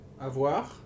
Avoir